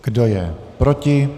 Kdo je proti?